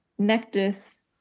Nectus